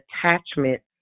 attachment